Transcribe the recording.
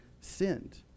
sinned